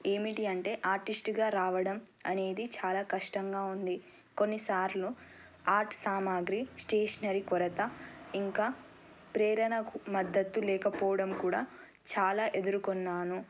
ఏమిటి అంటే ఆర్టిస్ట్గా రావడం అనేది చాలా కష్టంగా ఉంది కొన్నిసార్లు ఆర్ట్ సామాగ్రి స్టేషనరీ కొరత ఇంకా ప్రేరణ మద్దతు లేకపోవడం కూడా చాలా ఎదుర్కొన్నాను